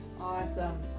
Awesome